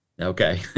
Okay